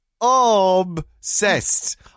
Obsessed